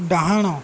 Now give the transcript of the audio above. ଡାହାଣ